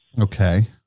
Okay